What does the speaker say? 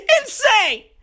Insane